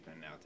now